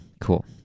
cool